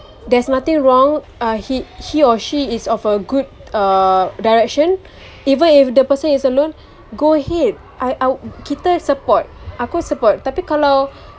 there's nothing wrong uh he he or she is of a good uh direction even if the person is alone go ahead I I woul~ kita support aku support tapi kalau